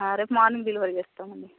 రేపు morning delivery చేస్తామండి